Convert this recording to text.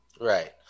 Right